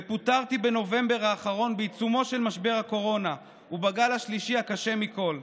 פוטרתי בנובמבר האחרון בעיצומו של משבר הקורונה ובגל השלישי הקשה מכול.